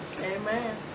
Amen